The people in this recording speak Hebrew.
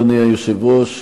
אדוני היושב-ראש,